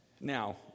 Now